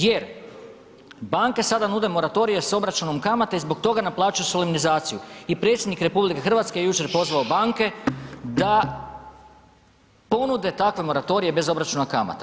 Jer banke sada nude moratorije s obračunom kamata i zbog toga naplaćuju solemnizaciju i predsjednik RH je jučer pozvao banke da ponude takve moratorije bez obračuna kamata.